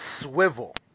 Swivel